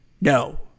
No